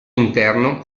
interno